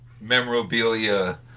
memorabilia